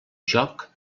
joc